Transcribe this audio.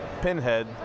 Pinhead